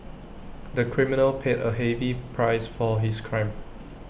the criminal paid A heavy price for his crime